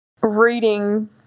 reading